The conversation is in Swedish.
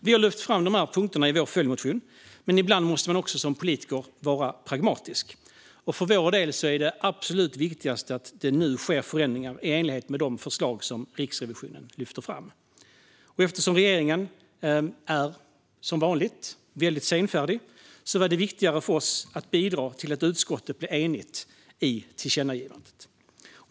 Vi har lyft fram dessa punkter i vår följdmotion, men ibland måste man också som politiker vara pragmatisk. För vår del är det absolut viktigaste att det nu sker förändringar i enlighet med de förslag som Riksrevisionen lyfter fram. Eftersom regeringen, som vanligt, är väldigt senfärdig var det viktigt för oss att bidra till att utskottet blev enigt om tillkännagivandet.